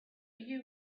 you